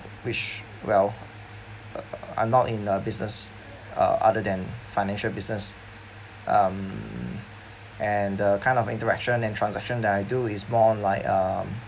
which well uh I'm not in a business uh other than financial business um and uh kind of interaction and transaction that I do is more on like um